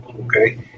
okay